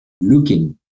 looking